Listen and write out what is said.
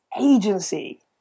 agency